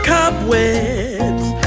Cobwebs